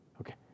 Okay